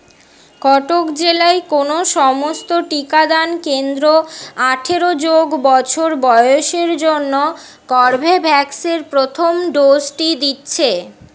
কটক জেলায় কোনো সমস্ত টিকাদান কেন্দ্র আঠেরো যোগ বছর বয়সের জন্য কর্বেভ্যাক্স এর প্রথম ডোজটি দিচ্ছে